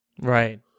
Right